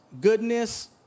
goodness